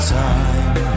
time